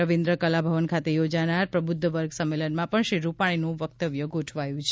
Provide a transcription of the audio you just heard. રવિન્દ્ર કલાભવન ખાતે યોજાનાર પ્રબુધ્ધ વર્ગ સંમેલનમાં પણ શ્રી રૂપાણીનું વક્તવ્ય ગોઠવાયું છે